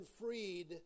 freed